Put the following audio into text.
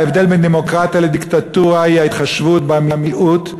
ההבדל בין דמוקרטיה לדיקטטורה הוא ההתחשבות במיעוט.